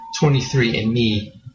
23andMe